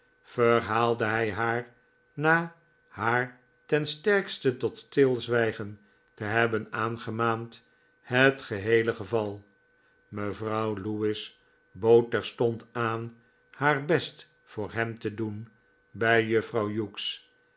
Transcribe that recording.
verhaalde hij haar na haar ten sterkste tot stilzwijgen te hebben aangemaand het geheele geval mevrouw lewis bood terstond aan haar best voor hem te doen bij juffrouw